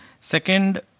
Second